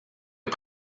est